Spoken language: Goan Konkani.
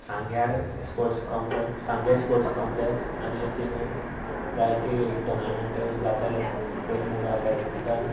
सांग्यार sports complex Sanguem sports complex आनी थंय जायतीं टुर्नामेंट जातात पयली म्हणल्यार बॅडमिंटन